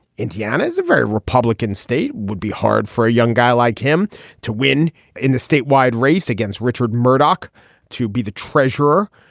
indiana is a very republican state. would be hard for a young guy like him to win in the statewide race against richard murdock to be the treasurer.